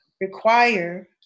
require